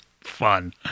Fun